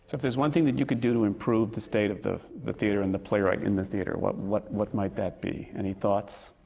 if there's one thing that you could do to improve the state of the the theatre, and the playwright in the theatre, what what what might that be? any thoughts?